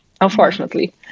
unfortunately